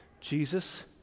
Jesus